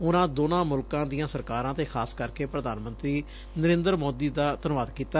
ਉਨੂਾਂ ਦੋਨਾਂ ਮੁਲਕਾਂ ਦੀਆਂ ਸਰਕਾਰਾਂ ਅਤੇ ਖਾਸ ਕਰਕੇ ਪ੍ਧਾਨ ਮੰਤਰੀ ਨਰਿੰਦਰ ਮੋਦੀ ਦਾ ਧੰਨਵਾਦ ਕੀਤਾ